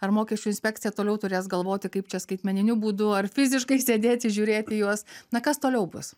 ar mokesčių inspekcija toliau turės galvoti kaip čia skaitmeniniu būdu ar fiziškai sėdėti žiūrėti į juos na kas toliau bus